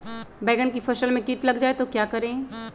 बैंगन की फसल में कीट लग जाए तो क्या करें?